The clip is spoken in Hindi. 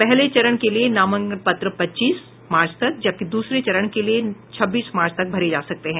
पहले चरण के लिये नामांकन पच्चीस मार्च तक जबकि दूसरे चरण के लिये छब्बीस मार्च तक भरे जा सकते हैं